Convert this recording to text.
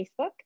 Facebook